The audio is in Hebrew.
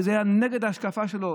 שזה היה נגד ההשקפה שלו,